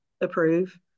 approve